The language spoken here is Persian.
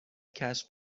کشف